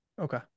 Okay